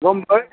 Bombay